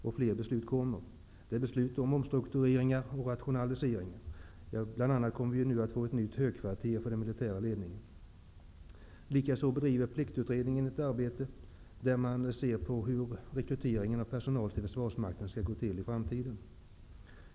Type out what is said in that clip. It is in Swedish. Och fler beslut om omstruktureringar och rationaliseringar kommer att fattas. Det kommer bl.a. att inrättas ett nytt högkvarter för den militära ledningen. Pliktutredningen bedriver ett arbete med att se över hur rekryteringen till försvarsmakten skall gå till i framtiden.